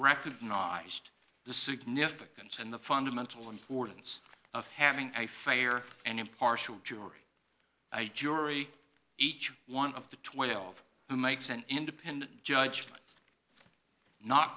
recognized the significance and the fundamental importance of having a fair and impartial jury i jury each one of the twelve who makes an independent judgment not